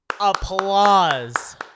Applause